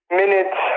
minutes